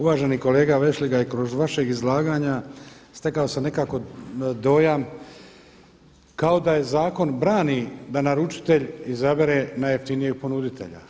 Uvaženi kolega Vešligaj, kroz vaša izlaganja stekao sam nekako dojam kao da zakon brani da naručitelj izabere najjeftinijeg ponuditelja.